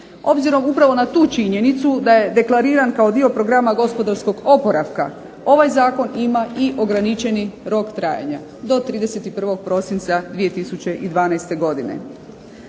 Obzirom upravo na tu činjenicu da je deklariran kao dio programa gospodarskog oporavka ovaj zakon ima i ograničeni rok trajanja do 31. prosinca 2012. godine.